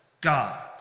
God